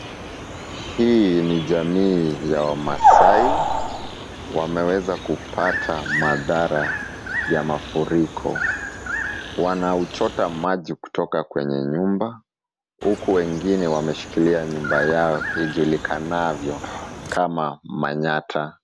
Hii ni jamii ya wamaasai. Wameweza kupata madhara ya mafuriko. Wanauchota maji kutoka kwenye nyumba huku wengine wameshikilia nyumba yao ijulikanavyo kama manyata .